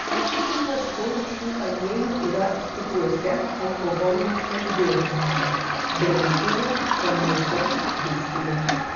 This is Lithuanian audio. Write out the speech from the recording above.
ypač daug šių aliejų yra stipriuose alkoholiniuose gėrimuose brendyje konjake viskyje